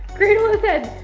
cradle his head.